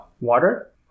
water